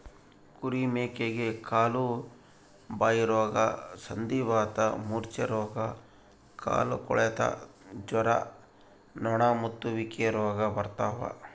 ಕುರಿ ಮೇಕೆಗೆ ಕಾಲುಬಾಯಿರೋಗ ಸಂಧಿವಾತ ಮೂರ್ಛೆರೋಗ ಕಾಲುಕೊಳೆತ ಜ್ವರ ನೊಣಮುತ್ತುವಿಕೆ ರೋಗ ಬರ್ತಾವ